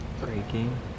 Breaking